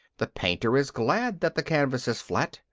the painter is glad that the canvas is flat.